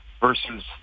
versus